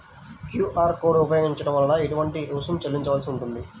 QR code ఉపయోగించటం వలన ఏటువంటి రుసుం చెల్లించవలసి ఉంటుంది?